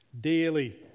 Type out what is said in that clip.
Daily